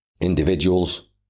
individuals